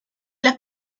las